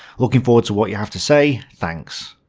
looking forward to what you have to say. thanks.